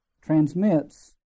transmits